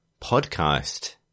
podcast